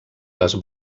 les